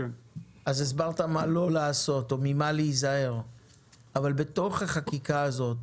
הסברת מה לא לעשות או ממה להיזהר אבל בתוך החקיקה הזאת